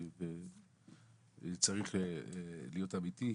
צריך להיות אמיתי,